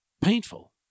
painful